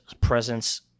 presence